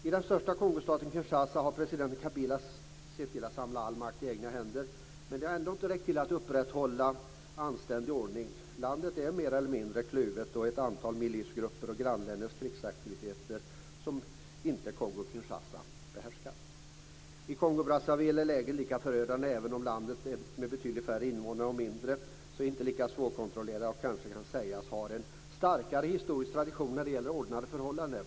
I den största Kongostaten Kinshasa har presidenten Kabila sett till att samla all makt i egna händer, men det har ändå inte räckt för att upprätthålla anständig ordning. Landet är mer eller mindre kluvet av ett antal milisgrupper och grannländers krigsaktiviteter som inte Kongo-Kinshasa behärskar. I Kongo-Brazzaville är läget lika förödande, även om landet med betydligt färre invånare och mindre yta inte är lika svårkontrollerat och kanske kan sägas ha en starkare historisk tradition när det gäller ordnade förhållanden.